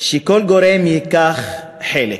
שכל גורם ייקח חלק.